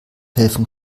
helfen